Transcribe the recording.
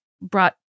brought